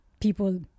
people